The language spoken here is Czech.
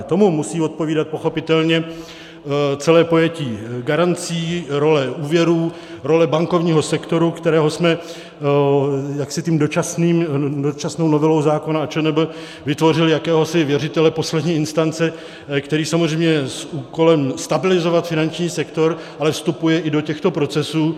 Tomu musí odpovídat pochopitelně celé pojetí garancí, role úvěrů, role bankovního sektoru, z kterého jsme jaksi tou dočasnou novelou zákona o ČNB vytvořili jakéhosi věřitele poslední instance, který samozřejmě s úkolem stabilizovat finanční sektor ale vstupuje i do těchto procesů.